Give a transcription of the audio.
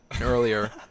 earlier